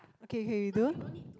okay okay you don't